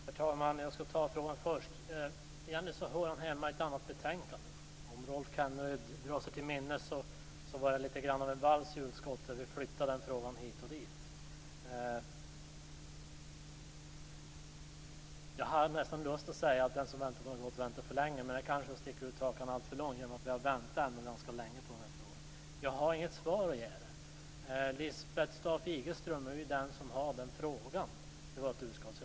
Herr talman! Jag tar Rolf Kenneryds fråga först. Egentligen hör den hemma i ett annat betänkande. Rolf Kenneryd kanske kan dra sig till minnes att den frågan var lite av en vals i utskottet - frågan flyttades hit och dit. Jag skulle vilja säga att den som väntar på något gott inte väntar för länge men det är kanske att sticka ut hakan alltför långt. Vi har ju väntat ganska länge i den här frågan. Jag har inget svar att ge. Lisbeth Staaf-Igelström är den som har hand om frågan i vårt utskott.